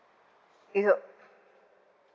it'll